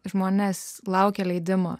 žmonės laukia leidimo